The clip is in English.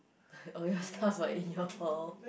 oh ya sounds like in your hall